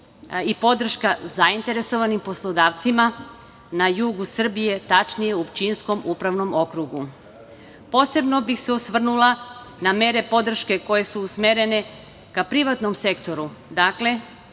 i podrška zainteresovanim poslodavcima na jugu Srbije, tačnije u Pčinjskom upravnom okrugu. Posebno bih se osvrnula na mere podrške koje su usmerene ka privatnom sektoru, dakle